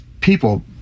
people